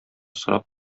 сорап